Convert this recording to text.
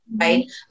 right